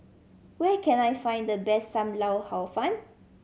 where can I find the best Sam Lau Hor Fun